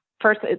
First